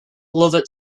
lovett